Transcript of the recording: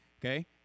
okay